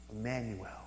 Emmanuel